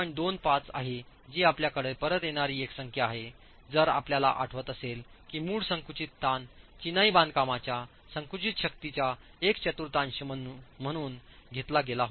25 आहे जी आपल्याकडे परत येणारी एक संख्या आहे जर आपल्याला आठवत असेल की मूळ संकुचित ताण चिनाई बांधकामच्या संकुचित शक्तीच्या एक चतुर्थांश म्हणून घेतला गेला होता